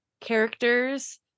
characters